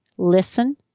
Listen